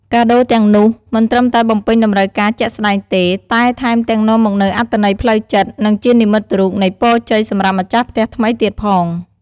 កាដូរទាំងនោះ មិនត្រឹមតែបំពេញតម្រូវការជាក់ស្តែងទេ តែថែមទាំងនាំមកនូវអត្ថន័យផ្លូវចិត្ត និងជានិមិត្តរូបនៃពរជ័យសម្រាប់ម្ចាស់ផ្ទះថ្មីទៀតផង។